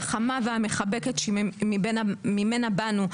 החמה והמחבקת שממנה באנו.